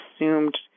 assumed